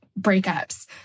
breakups